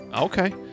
Okay